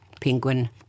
Penguin